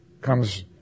comes